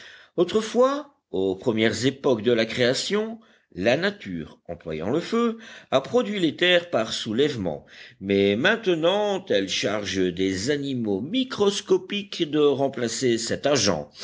autrefois aux premières époques de la création la nature employant le feu a produit les terres par soulèvement mais maintenant elle charge des animaux microscopiques de remplacer cet agent